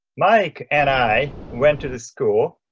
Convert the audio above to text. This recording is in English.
mike and i went to the school,